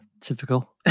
Typical